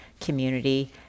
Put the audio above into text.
community